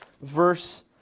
verse